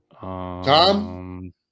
Tom